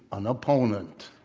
an opponent.